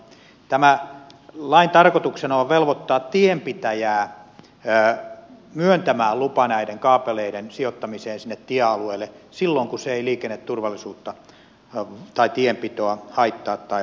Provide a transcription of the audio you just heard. tämän lain tarkoituksena on velvoittaa tienpitäjää myöntämään lupa näiden kaapeleiden sijoittamiseen tiealueelle silloin kun se ei liikenneturvallisuutta tai tienpitoa haittaa tai vaaranna